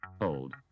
Old